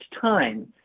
time